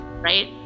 right